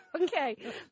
Okay